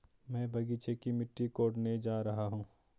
मैं बगीचे की मिट्टी कोडने जा रहा हूं